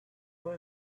for